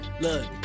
look